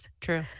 True